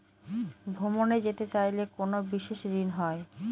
ভ্রমণে যেতে চাইলে কোনো বিশেষ ঋণ হয়?